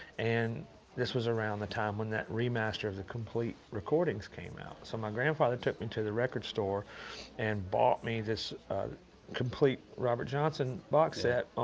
and this was around the time when that remaster of the complete recordings came out. so my grandfather took me to the record store and bought me this complete robert johnson box set.